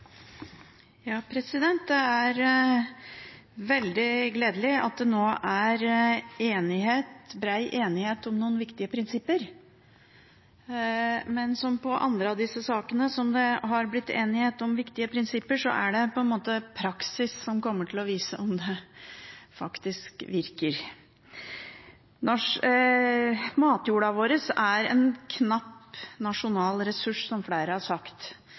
enighet om noen viktige prinsipper, men som i andre av disse sakene hvor det har blitt enighet om viktige prinsipper, er det praksis som kommer til å vise om det faktisk virker. Matjorden vår er en knapp nasjonal ressurs, som flere har sagt.